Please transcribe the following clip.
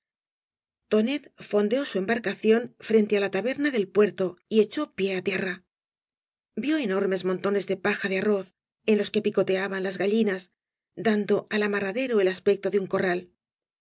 tonet fondeó su embarcación frente á la taberna del puerto y echó píe á tierra vio enormes montones de paja de arroz en loa que picoteaban las gallinas dando al amarradero el aspecto de un corral